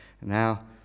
now